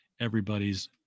everybody's